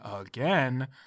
again